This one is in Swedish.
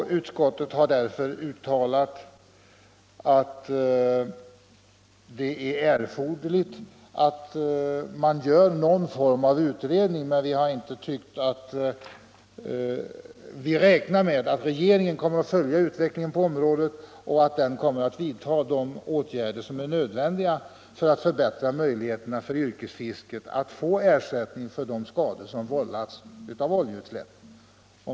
Utskottet har därför uttalat att det krävs någon form av utredning. Vi räknar med att regeringen kommer att följa utvecklingen på området och vidta de åtgärder som är nödvändiga för att förbättra möjligheterna för yrkesfiskarna att få ersättning för skador som vållats av oljeutsläpp.